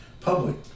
public